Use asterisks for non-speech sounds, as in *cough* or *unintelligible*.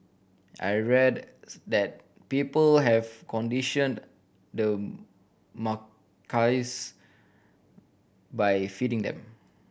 I read *unintelligible* that people have conditioned the macaques by feeding them